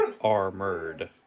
armored